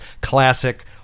classic